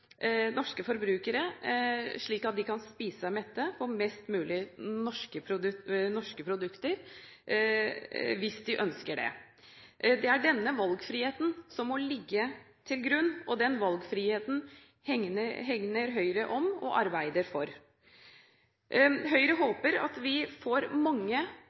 de kan spise seg mette på mest mulig norske produkter hvis de ønsker det. Det er denne valgfriheten som må ligge til grunn, og den valgfriheten hegner Høyre om og arbeider for. Høyre håper at vi får mange